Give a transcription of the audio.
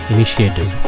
Initiative